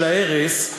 של ההרס,